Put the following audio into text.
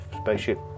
spaceship